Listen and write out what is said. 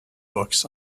books